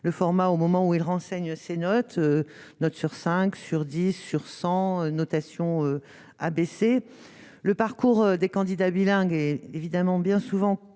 le format au moment où il renseigne, c'est notre note sur 5 sur 10 sur 100 notation abaisser le parcours des candidats bilingues et évidemment bien souvent considéré